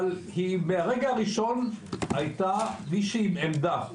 אבל היא מהרגע הראשון הייתה מישהי עם עמדה,